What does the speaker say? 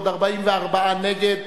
בעוד 44 נגד,